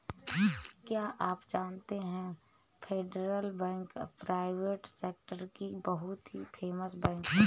क्या आप जानते है फेडरल बैंक प्राइवेट सेक्टर की बहुत ही फेमस बैंक है?